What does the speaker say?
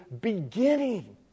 beginning